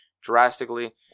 drastically